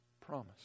promise